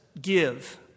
Give